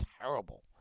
terrible